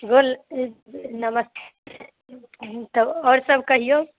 बोल नमस ओ तब आओर सब कहिऔ